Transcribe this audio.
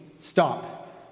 stop